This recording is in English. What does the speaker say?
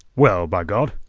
well, b'gawd!